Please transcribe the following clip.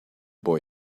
boy